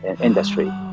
industry